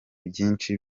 byinshi